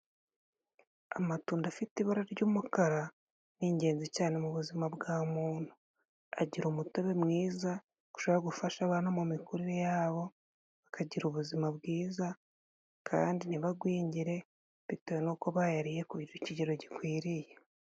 Amatunda afite ibara ry'umukara ni ingenzi cyane mu buzima bwa muntu. Agira umutobe mwiza urushaho gufasha abantu mu mikurire yabo bakagira ubuzima bwiza, kandi ntibagwingire bitewe n'uko bayariye ku kigero gikwiriye.